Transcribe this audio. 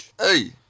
Hey